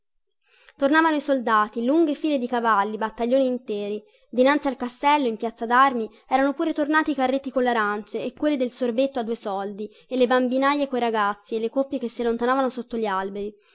tornavano i soldati lunghe file di cavalli battaglioni interi dinanzi al castello in piazza darmi erano pure tornati i carretti colle arance e quelli del sorbetto a due soldi e le bambinaie coi ragazzi e le coppie che si allontanavano sotto gli alberi